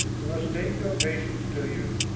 you must take your patience to you,